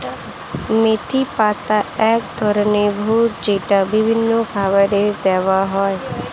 মেথির পাতা এক ধরনের ভেষজ যেটা বিভিন্ন খাবারে দেওয়া হয়